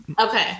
Okay